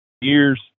years